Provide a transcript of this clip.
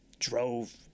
drove